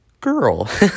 girl